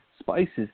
Spices